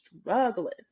struggling